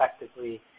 effectively